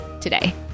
today